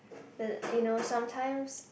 the you know sometimes